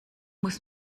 muss